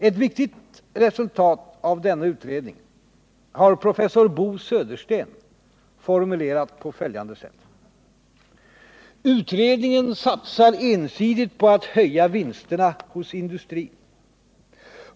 Ett viktigt resultat av denna utredning har professor Bo Södersten formulerat på följande sätt: ”Utredningen satsar ensidigt på att höja vinsterna hos industrin.